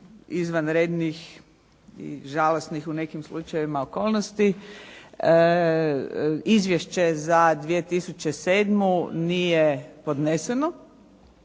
izvanrednih i žalosnih u nekim slučajevima okolnosti, izvješće za 2007. nije podneseno